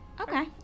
Okay